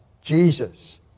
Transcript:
Jesus